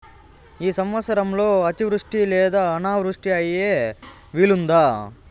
ఈ సంవత్సరంలో అతివృష్టి లేదా అనావృష్టి అయ్యే వీలుందా?